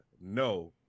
No